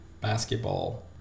basketball